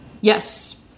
yes